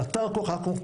על אתר כל כך מורכב,